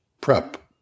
prep